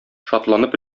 шатланып